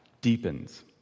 deepens